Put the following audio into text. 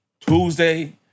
Tuesday